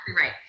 right